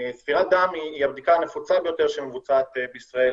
ספירת דם היא הבדיקה הנפוצה ביותר שמבוצעת בישראל